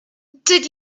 did